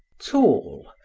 tall,